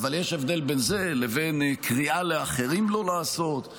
אבל יש הבדל בין זה לבין קריאה לאחרים לא לעשות,